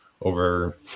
over